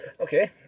Okay